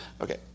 Okay